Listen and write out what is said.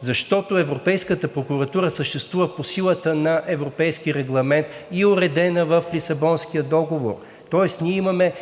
Защото Европейската прокуратура съществува по силата на Европейски регламент и е уредена в Лисабонския договор. Тоест, ние имаме